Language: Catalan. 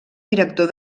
director